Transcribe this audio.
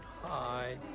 Hi